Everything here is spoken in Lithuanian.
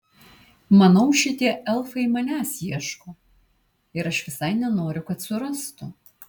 manau šitie elfai manęs ieško ir aš visai nenoriu kad surastų